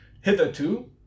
Hitherto